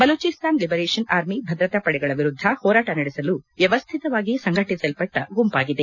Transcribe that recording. Balochistan liberation army ಭದ್ರತಾ ಪಡೆಗಳ ವಿರುದ್ದ ಹೋರಾಟ ನಡೆಸಲು ವ್ಲವಸ್ಟಿತವಾಗಿ ಸಂಘಟಿಸಲ್ಪಟ್ಟ ಗುಂಪಾಗಿದೆ